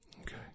Okay